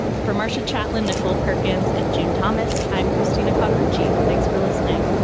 for marsha chatillon, nicole perkins and june thomas. i'm christina carter ritchie. thanks for listening